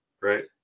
right